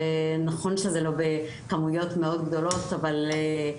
נכון שזה לא בכמויות מאוד גדולות אבל אנחנו